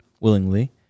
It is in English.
willingly